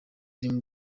dream